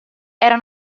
era